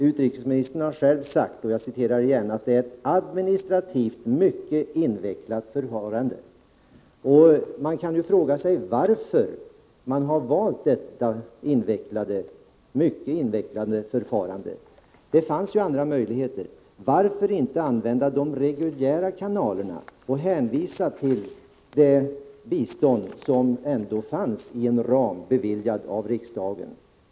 Utrikesministern har sagt och jag citerar på nytt: ”Det är ett administrativt mycket invecklat förfarande.” Man kan fråga sig varför detta mycket invecklade förfarande valdes. Det fanns ju andra möjligheter. Varför inte använda de reguljära kanalerna och hänvisa till det bistånd som ändå fanns i en ram, beviljad av riksdagen?